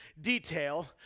detail